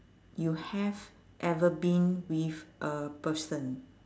you have ever been with a person